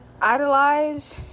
idolize